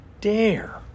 dare